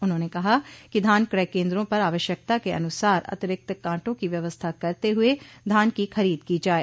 उन्होंने कहा कि धान क्रय केन्द्रों पर आवश्यकता के अनुसार अतिरिक्त कांटों की व्यवस्था करते हुए धान की खरीद की जाये